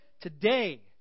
Today